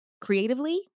creatively